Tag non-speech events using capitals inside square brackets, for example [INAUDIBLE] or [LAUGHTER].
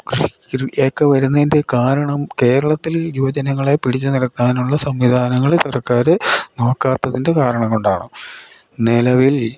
[UNINTELLIGIBLE] വരുന്നതിൻ്റെ കാരണം കേരളത്തിൽ യുവജനങ്ങളെ പിടിച്ച് നിർത്താനുള്ള സംവിധാനങ്ങൾ സർക്കാർ നോക്കാത്തതിൻ്റെ കാരണം കൊണ്ടാണ് നിലവിൽ